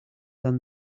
than